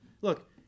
Look